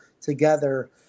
together